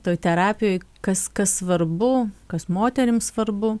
toj terapijoj kas kas svarbu kas moterims svarbu